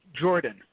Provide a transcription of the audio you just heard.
Jordan